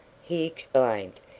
he explained,